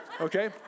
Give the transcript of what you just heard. Okay